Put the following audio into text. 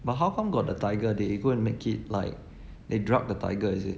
but how come got the tiger they go and make it like they drugged the tiger is it